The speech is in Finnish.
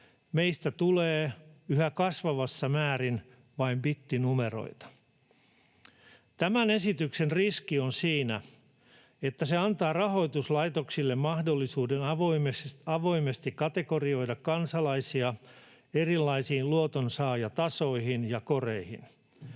Meistä tulee yhä kasvavassa määrin vain bittinumeroita. Tämän esityksen riski on siinä, että se antaa rahoituslaitoksille mahdollisuuden avoimesti kategorisoida kansalaisia erilaisiin luotonsaajatasoihin ja ‑koreihin,